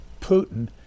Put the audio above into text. Putin